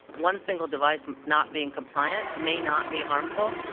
one single device not being compliant may not be harmful,